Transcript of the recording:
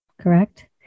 correct